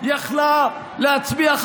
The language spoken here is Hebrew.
יכלה להצביע,